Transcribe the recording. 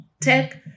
tech